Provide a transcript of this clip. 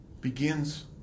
begins